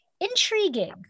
intriguing